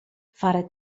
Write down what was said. fare